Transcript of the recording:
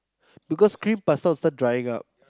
because cream pasta will start drying up